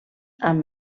amb